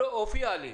לא הופיע לי.